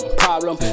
problem